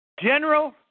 General